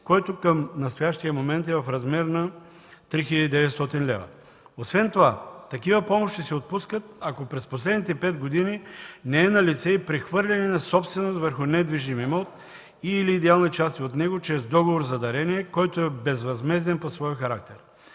който към настоящия момент е в размер на 3900 лв. Освен това такива помощи се отпускат, ако през последните пет години не е налице и прехвърляне на собственост върху недвижим имот и/или идеални части от него чрез договор за дарение, който е безвъзмезден по своя характер.